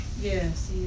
Yes